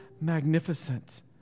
magnificent